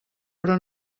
però